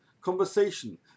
conversation